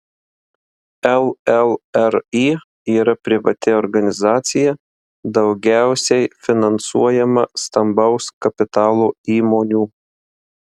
llri yra privati organizacija daugiausiai finansuojama stambaus kapitalo įmonių